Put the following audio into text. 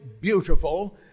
beautiful